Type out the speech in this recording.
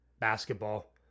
basketball